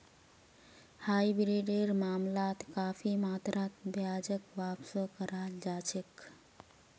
हाइब्रिडेर मामलात काफी मात्रात ब्याजक वापसो कराल जा छेक